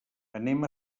anem